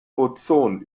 ozon